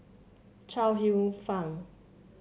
Chuang Hsueh Fang